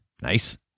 Nice